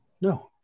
No